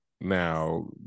now